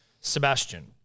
Sebastian